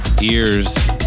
ears